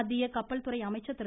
மத்திய கப்பல்துறை அமைச்சர் திரு